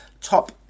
top